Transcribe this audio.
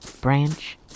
Branch